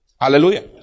Hallelujah